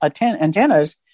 antennas